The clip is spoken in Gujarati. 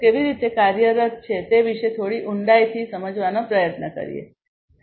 કેવી રીતે કાર્યરત છે તે વિશે થોડી ઊંડાઈથી સમજવાનો પ્રયત્ન કરીએ સી